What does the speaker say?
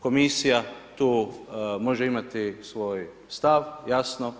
Komisija tu može imati svoj stav jasno.